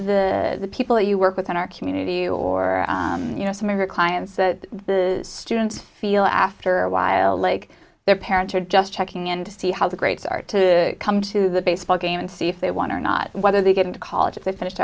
that the people you work with in our community or you know some of your clients that students feel after a while like their parents are just checking in to see how the greats are to come to the baseball game and see if they want to or not whether they get into college if they've finish